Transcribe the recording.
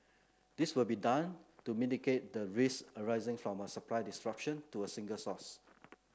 this will be done to mitigate the risks arising from a supply disruption to a single source